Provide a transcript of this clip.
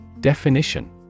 Definition